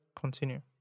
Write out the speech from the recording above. continue